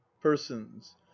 Persons